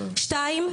שנית,